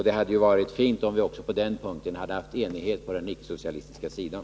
Det hade varit bra om vi också på den punkten kunnat uppnå enighet på den icke-socialistiska sidan.